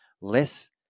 less